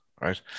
right